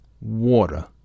water